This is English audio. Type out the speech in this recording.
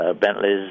Bentleys